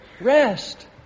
rest